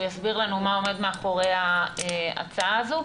הוא יסביר לנו מה עומד מאחורי ההצעה הזו.